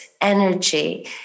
energy